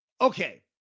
Okay